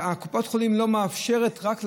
שקופת החולים לא מאפשרת רק ללכת,